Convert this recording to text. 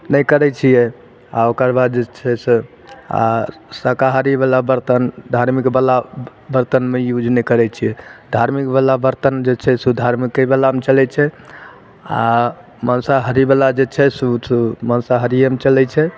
नहि करय छियै आओर ओकरबाद जे छै से आओर शाकाहारीवला बर्तन धार्मिकवला बर्तनमे यूज नहि करय छियै धार्मिकवला बर्तन जे छै से धार्मिकेवला मे चलय छै आओर मांसाहारीवला जे छै से उ मांसहारियेमे चलय छै